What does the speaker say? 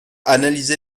analyser